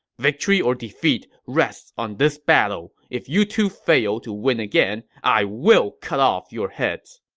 victory or defeat rests on this battle. if you two fail to win again, i will cut off your heads!